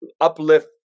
uplift